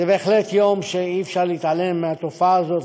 זה בהחלט יום שבו אי-אפשר להתעלם מהתופעה הזאת.